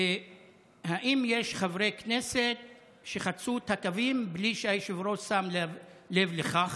והאם יש חברי כנסת שחצו את הקווים בלי שהיושב-ראש שם לב לכך?